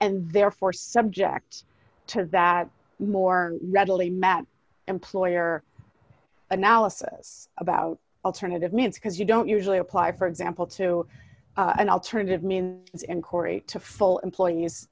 and therefore subject to that more readily matt employer analysis about alternative means because you don't usually apply for example to an alternative mean as in corrie to full employees